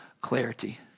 clarity